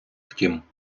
втім